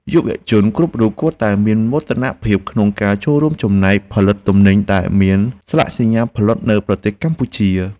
យុវជនគ្រប់រូបគួរតែមានមោទនភាពក្នុងការចូលរួមចំណែកផលិតទំនិញដែលមានស្លាកសញ្ញាផលិតនៅប្រទេសកម្ពុជា។